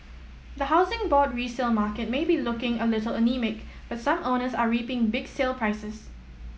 the Housing Board resale market may be looking a little anaemic but some owners are reaping big sale prices